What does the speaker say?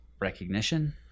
recognition